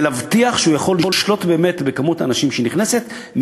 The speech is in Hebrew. להבטיח שהוא יכול לשלוט בכמות האנשים שנכנסת,